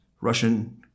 Russian